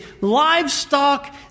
livestock